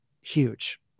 huge